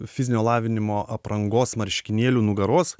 fizinio lavinimo aprangos marškinėlių nugaros